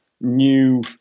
new